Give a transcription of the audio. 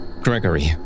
Gregory